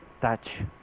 touch